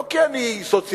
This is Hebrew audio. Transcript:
לא כי אני סוציאליסט,